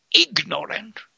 ignorant